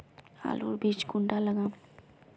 आलूर बीज कुंडा लगाम?